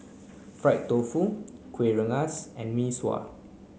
fried tofu Kuih Rengas and Mee Sua